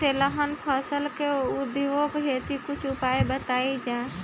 तिलहन फसल के वृद्धी हेतु कुछ उपाय बताई जाई?